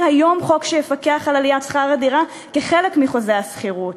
היום חוק שיפקח על העלאת שכר הדירה כחלק מחוזה השכירות.